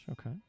Okay